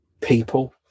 people